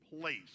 place